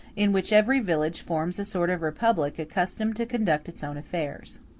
in which every village forms a sort of republic accustomed to conduct its own affairs.